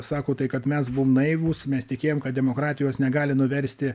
sako tai kad mes buvom naivūs mes tikėjom kad demokratijos negali nuversti